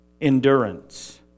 endurance